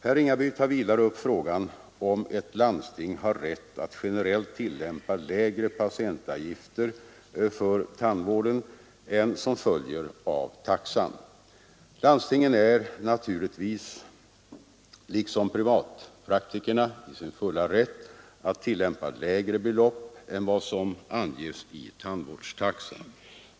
Herr Ringaby tar vidare upp frågan, huruvida ett landsting har rätt att generellt tillämpa lägre patientavgifter för tandvården än som följer av taxan. Landstingen är naturligtvis liksom privatpraktikerna i sin fulla rätt att tillämpa lägre belopp än vad som anges i tandvårdstaxan.